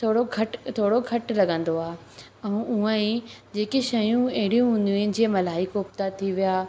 थोरो घटि थोरो घटि लॻंदो आहे ऐं हुंअ ई जेके शयूं अहिड़ियूं हूंदियूं आहिनि जीअं मलाई कोफ़्ता थी विया